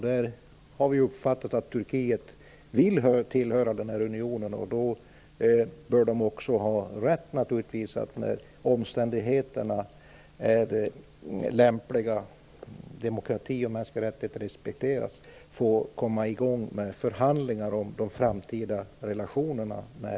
Vi har uppfattat att Turkiet vill tillhöra den här unionen, och då bör man också naturligtvis ha rätt att, när omständigheterna är lämpliga och demokrati och mänskliga rättigheter respekteras, få komma i gång med förhandlingar om de framtida relationerna med